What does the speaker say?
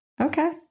Okay